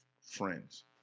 friends